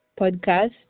podcast